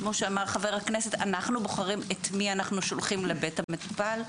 כפי שאמר חבר הכנסת - אנחנו בוחרים את מי שולחים לבית המטופל.